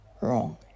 wrong